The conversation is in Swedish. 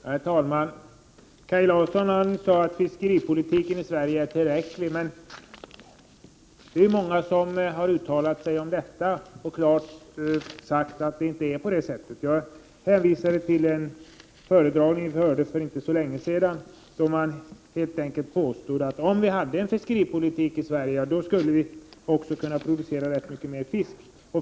Herr talman! Kaj Larsson sade att fiskeripolitiken i Sverige var tillräckligt bra. Det är många som uttalat sig och sagt att de inte riktigt tycker så. Jag hänvisade till en föredragning för inte så länge sedan, där man helt enkelt påstod att om vi hade fiskeripolitik i Sverige skulle vi kunna producera 139 väldigt mycket mer fisk.